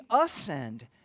ascend